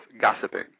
gossiping